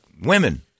women